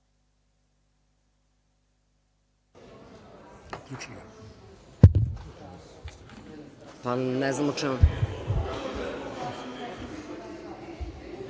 Hvala vam. Ja